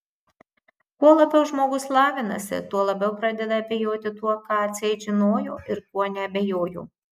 kuo labiau žmogus lavinasi tuo labiau pradeda abejoti tuo ką atseit žinojo ir kuo neabejojo